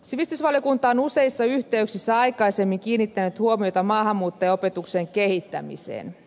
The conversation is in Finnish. sivistysvaliokunta on useissa yhteyksissä aikaisemmin kiinnittänyt huomiota maahanmuuttajaopetuksen kehittämiseen